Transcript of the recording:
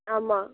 ஆமாம்